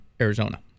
Arizona